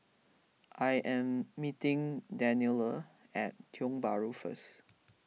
I am meeting Daniela at Tiong Bahru first